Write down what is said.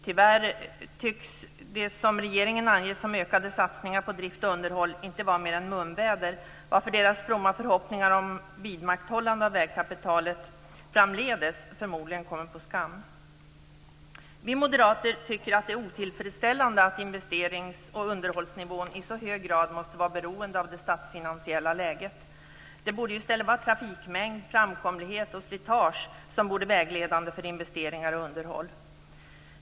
Tyvärr tycks det som regeringen anger som ökade satsningar på drift och underhåll inte vara mer än munväder, varför dess fromma förhoppningar om vidmakthållande av vägkapitalet framdeles förmodligen kommer på skam. Vi moderater tycker att det är otillfredsställande att investerings och underhållsnivån i så hög grad måste vara beroende av det statsfinansiella läget. I stället borde trafikmängd, framkomlighet och slitage vara vägledande för investeringar och underhåll.